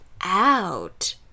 out